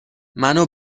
منو